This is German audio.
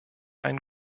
ein